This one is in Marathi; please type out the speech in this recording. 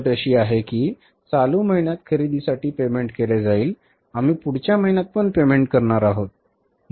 अट अशी आहे की चालू महिन्यात खरेदीसाठी पेमेंट केले जाईल आम्ही पुढच्या महिन्यात पण पेमेंट करणार आहोत